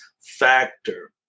factor